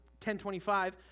1025